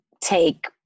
take